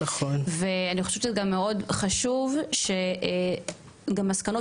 ואני חושבת שזה גם מאוד חשוב שגם מסקנות